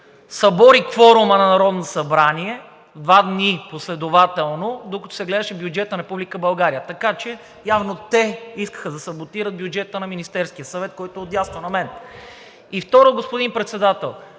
събори кворума на Народното събрание, два дни последователно, докато се гледаше бюджетът на Република България. Така че явно те искаха да саботират бюджета на Министерския съвет, който е отдясно на мен. И второ, господин Председател,